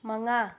ꯃꯉꯥ